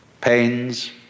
pains